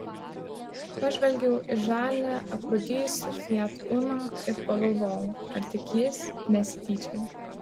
pažvelgiau į žalią aprūdijusį fiat uno ir pagalvojau ar tik jis nesityčioja